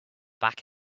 back